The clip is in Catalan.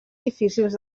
difícils